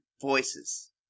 voices